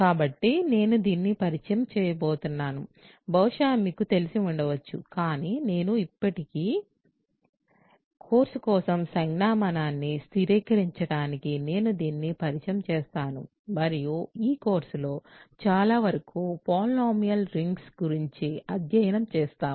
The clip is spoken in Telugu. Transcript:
కాబట్టి నేను దీన్ని పరిచయం చేయబోతున్నాను బహుశా మీకు తెలిసి ఉండవచ్చు కానీ ఇప్పటికీ నేను కోర్సు కోసం సంజ్ఞామానాన్ని స్థిరీకరించడానికి నేను దీన్ని పరిచయం చేస్తాను మరియు ఈ కోర్సులో చాలా వరకు పాలినామియల్ రింగ్స్ గురించి అధ్యయనం చేస్తాము